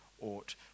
ought